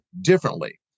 differently